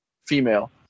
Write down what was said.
female